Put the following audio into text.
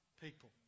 people